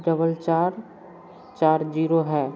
double चार चार zero है